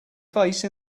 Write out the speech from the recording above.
face